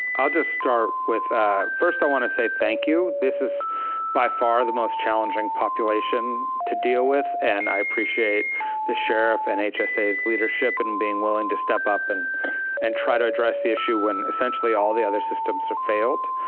i'll just start with first i want to say thank you. this is by far the most challenging population to deal with and i appreciate the sheriff and hsa's leadership in being willing to step up and and try to address the issue when essentially all the other systems have failed.